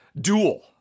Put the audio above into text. Duel